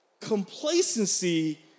complacency